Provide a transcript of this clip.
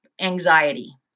anxiety